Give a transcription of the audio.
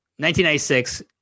1996